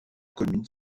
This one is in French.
commune